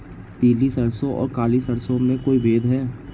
पीली सरसों और काली सरसों में कोई भेद है?